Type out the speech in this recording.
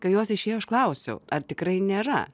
kai jos išėjo aš klausiau ar tikrai nėra